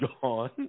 gone